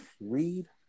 read